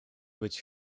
być